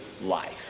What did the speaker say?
life